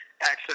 access